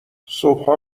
صبحا